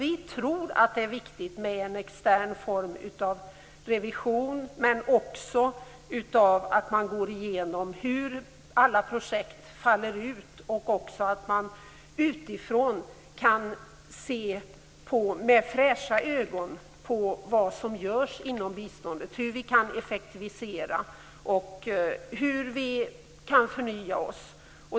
Vi tror att det är viktigt med en extern form av revision men också att man går igenom hur alla projekt faller ut och att man utifrån kan se med fräscha ögon på vad som görs inom biståndet - hur vi kan effektivisera och hur vi kan förnya oss.